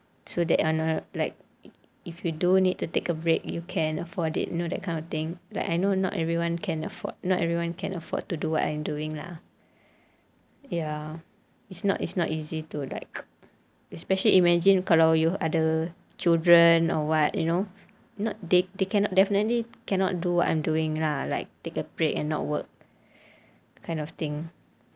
so that I know like if you do need to take a break you can afford it you know that kind of thing like I know not everyone can afford not everyone can afford to do what I'm doing lah ya it's not it's not easy to like especially imagine kalau you ada children or what you know not they they cannot definitely cannot do what I'm doing lah like take a break and not work kind of thing